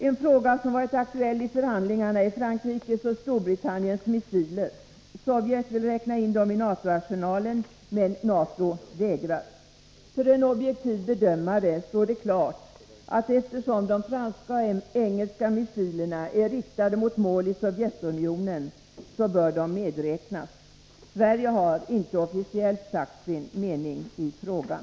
En fråga som har varit aktuell i förhandlingarna gäller Frankrikes och Storbritanniens missiler. Sovjetunionen vill räkna in dem i NATO-arsenalen, men NATO vägrar. För en objektiv bedömare står det klart att eftersom de franska och engelska missilerna är riktade mot mål i Sovjetunionen bör de medräknas. Sverige har inte officiellt sagt sin mening i frågan.